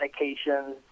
medications